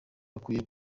bakwiye